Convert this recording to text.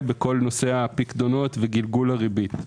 בכל הנושא של הפיקדונות וגלגול הריבית.